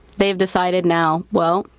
they have decided now, well,